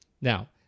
Now